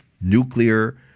nuclear